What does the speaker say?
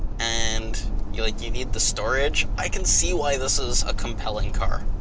and you like you need the storage, i can see why this is a compelling car.